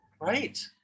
Right